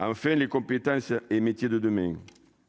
ah, en fait, les compétences et métiers de demain